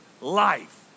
life